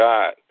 God